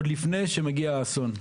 עוד לפני שמגיע האסון.